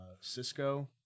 Cisco